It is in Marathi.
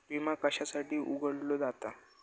विमा कशासाठी उघडलो जाता?